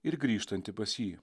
ir grįžtantį pas jį